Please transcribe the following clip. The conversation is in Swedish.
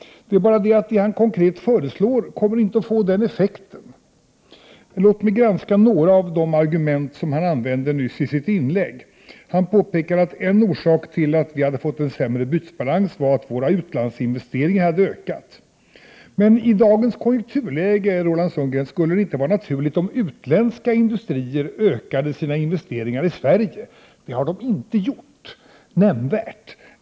Men hans konkreta förslag kommer inte att få den effekten. Låt mig granska några av de argument som han använde nyss i sitt inlägg. Enligt Roland Sundgren är en orsak till att vi har fått en sämre bytesbalans att våra utlandsinvesteringar har ökat. I dagens konjunkturläge, Roland Sundgren, skulle det inte vara naturligt om utländska industrier ökade sina investeringar i Sverige; det har de heller inte gjort nämnvärt.